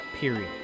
period